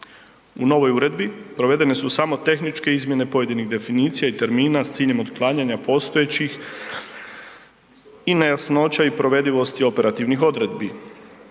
U novoj uredbi provedene su samo tehničke izmjene pojedinih definicija i termina s ciljem otklanjanja postojećih i nejasnoća i provedivosti operativnih odredbi.